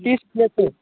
तिस प्लेट चाहिँ